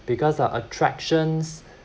because uh attractions